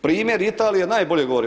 Primjer Italije najbolje govori.